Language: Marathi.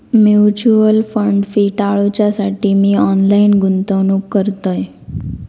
म्युच्युअल फंड फी टाळूच्यासाठी मी ऑनलाईन गुंतवणूक करतय